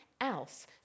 else